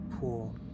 pool